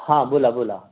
हां बोला बोला